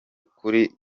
kuri